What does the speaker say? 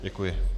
Děkuji.